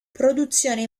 produzione